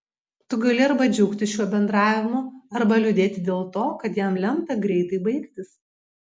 tu gali arba džiaugtis šiuo bendravimu arba liūdėti dėl to kad jam lemta greitai baigtis